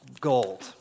Gold